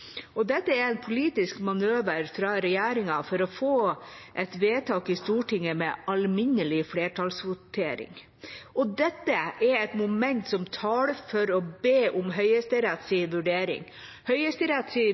Dette er en politisk manøver fra regjeringen for å få et vedtak i Stortinget med alminnelig flertallsvotering, og dette er et moment som taler for å be om